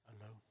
alone